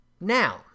Now